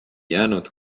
jäänud